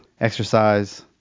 exercise